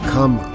Come